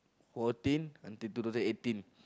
fourteen until two thousand eighteen